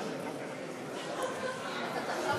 כבוד היושב-ראש,